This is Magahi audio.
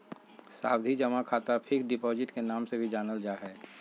सावधि जमा खाता फिक्स्ड डिपॉजिट के नाम से भी जानल जा हय